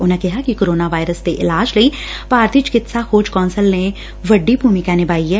ਉਨਾਂ ਕਿਹਾ ਕਿ ਕੋਰੋਨਾ ਵਾਇਰਸ ਦੇ ਇਲਾਜ ਲਈ ਭਾਰਤੀ ਚਿਕਿਤਸਾ ਖੋਜ ਕੌਂਸਲ ਨੇ ਵੱਡੀ ਭੁਮਿਕਾ ਨਿਭਾਈ ਐ